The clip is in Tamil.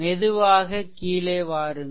மெதுவாக கீழே வாருங்கள்